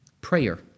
Prayer